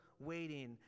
waiting